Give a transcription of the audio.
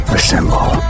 Assemble